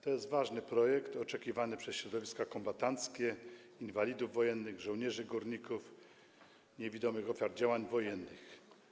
To jest ważny projekt, oczekiwany przez środowiska kombatanckie, inwalidów wojennych, żołnierzy, górników, niewidomych ofiar działań wojennych.